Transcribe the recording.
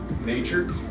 nature